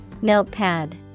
Notepad